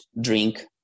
drink